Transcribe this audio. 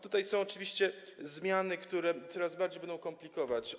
Tutaj są oczywiście zmiany, które coraz bardziej będą komplikować sytuację.